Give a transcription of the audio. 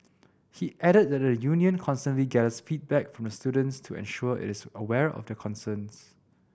he added that the union constantly gathers feedback from the students to ensure it is aware of their concerns